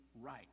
right